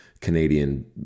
Canadian